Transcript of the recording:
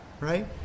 right